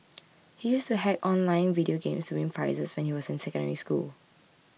he used to hack online video games to win prizes when he was in Secondary School